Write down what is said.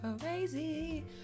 crazy